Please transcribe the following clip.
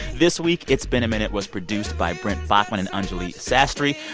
this week, it's been a minute was produced by brent baughman and anjuli sastry.